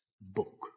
book